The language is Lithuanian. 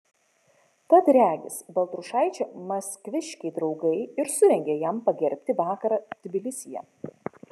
tad regis baltrušaičio maskviškiai draugai ir surengė jam pagerbti vakarą tbilisyje